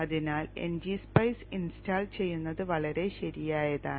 അതിനാൽ ngSpice install ചെയ്യുന്നത് വളരെ ശരിയായതാണ്